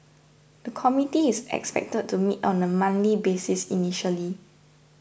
the committee is expected to meet on a monthly basis initially